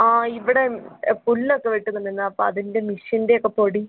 ആ ഇവടെ പുല്ലൊക്കെ വെട്ടുന്നുണ്ടാരുന്നു അപ്പം അതിന്റെൻ്റെ മിഷ്യൻ്റെ ഒക്കെ പൊടി